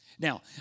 Now